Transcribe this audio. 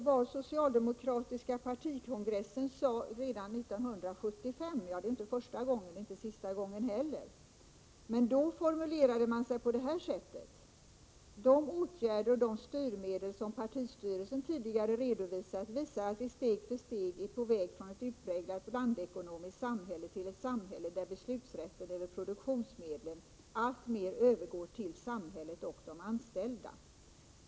Den socialdemokratiska partikongressen formulerade sig redan 1975 — det var inte första gången och inte sista gången heller — på det här sättet: ”De åtgärder och de styrmedel som partistyrelsen tidigare redovisat visar att vi steg för steg är på väg från ett utpräglat blandekonomiskt samhälle till ett samhälle där beslutsrätten över produktionsmedlen allt mer övergår till samhället och de anställda.